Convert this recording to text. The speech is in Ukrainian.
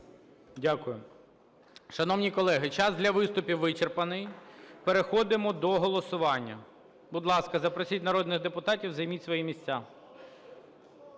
Дякую. Шановні колеги, час для виступів вичерпаний. Переходимо до голосування. Будь ласка, запросіть народних депутатів, займіть свої місця.